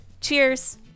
Cheers